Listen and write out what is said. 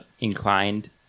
inclined